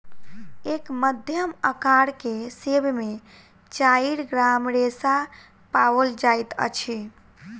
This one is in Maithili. एक मध्यम अकार के सेब में चाइर ग्राम रेशा पाओल जाइत अछि